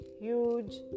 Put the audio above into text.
huge